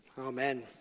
Amen